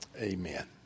Amen